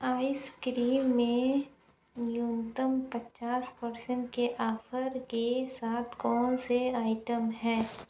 ice cream में न्यूनतम पचास परसेंट के ऑफ़र के साथ कौन से आइटम हैं